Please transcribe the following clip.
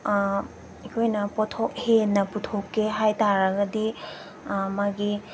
ꯑꯩꯈꯣꯏꯅ ꯄꯣꯠꯊꯣꯛ ꯍꯦꯟꯅ ꯄꯨꯊꯣꯛꯀꯦ ꯍꯥꯏꯇꯥꯔꯒꯗꯤ ꯃꯥꯒꯤ